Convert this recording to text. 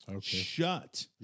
shut